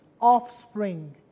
offspring